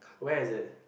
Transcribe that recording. where is it